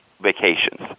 vacations